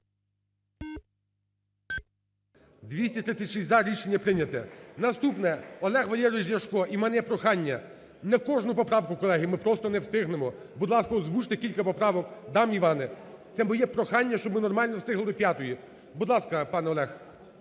За-236 Рішення прийнято. Наступне, Олег Валерійович Ляшко. І в мене є прохання, не кожну поправку, колеги, ми просто не встигнемо. Будь ласка, озвучте кілька поправок. Дам, Іване, це моє прохання, щоб ми нормально встигли до п'ятої. Будь ласка, пане Олег.